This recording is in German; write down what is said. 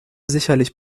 sicherlich